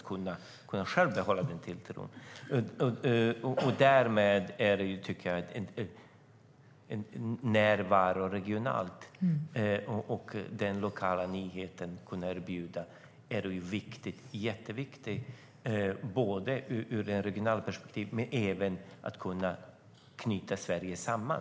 Regional och lokal närvaro och nyhetsrapportering är viktig både i ett regionalt perspektiv och för att knyta Sverige samman.